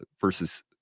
versus